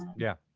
yeah,